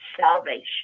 salvation